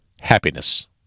happiness